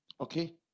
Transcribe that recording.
Okay